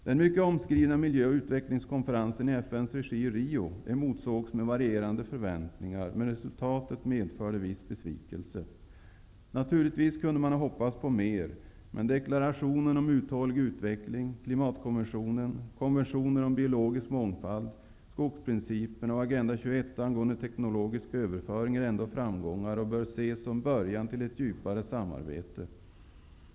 Den mycket omskrivna miljö och utvecklingskonferensen i FN:s regi i Rio emotsågs med varierande förväntningar, men resultatet medförde viss besvikelse. Naturligtvis kunde man ha hoppats på mer, men deklarationen om uthållig utveckling, klimatkonventionen, konventionen om biologisk mångfald, skogsprinciperna och Agenda 21 angående teknologisk överföring är ändå framgångar och bör ses som början till ett djupare samarbete.